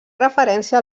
referència